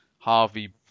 Harvey